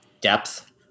depth